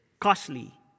Costly